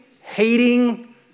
hating